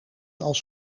als